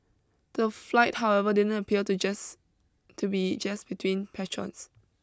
the flight however didn't appear to just to be just between patrons